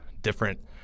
different